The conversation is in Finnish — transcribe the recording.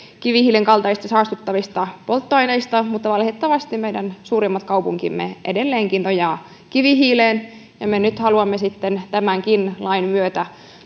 kivihiilen kaltaisista saastuttavista polttoaineista mutta valitettavasti meidän suurimmat kaupunkimme edelleenkin nojaavat kivihiileen ja me nyt haluamme sitten tämänkin lain myötä